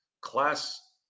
class